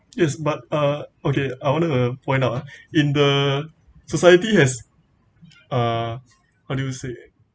yes but uh okay I want to uh point out ah in the society has uh how do you say